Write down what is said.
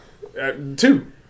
Two